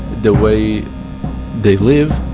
the way they live,